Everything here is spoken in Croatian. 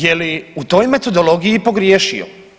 Je li u toj metodologiji i pogriješio?